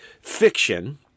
fiction